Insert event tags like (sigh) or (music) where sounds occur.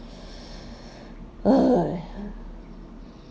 (noise)